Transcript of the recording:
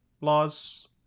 laws